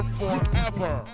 forever